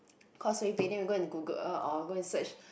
Causeway Bay then we go and Google or go and search